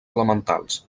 elementals